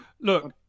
Look